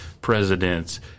presidents